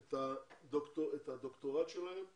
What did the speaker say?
את הדוקטורט שלהם לדוקטור.